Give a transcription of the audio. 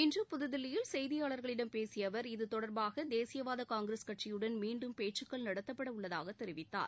இன்று புதுதில்லியில் செய்தியாளர்களிடம் பேசிய அவர் இது தொடர்பாக தேசியவாத காங்கிரஸ் கட்சியுடன் மீண்டும் பேச்சுக்கள் நடத்தப்பட உள்ளதாகத் தெரிவித்தார்